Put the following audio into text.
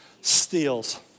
Steals